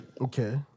Okay